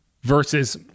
versus